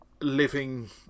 living